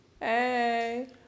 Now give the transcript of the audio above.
Hey